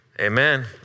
Amen